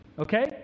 okay